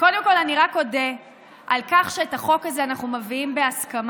קודם כול אני רק אודה על כך שאת החוק הזה אנחנו מביאים בהסכמה,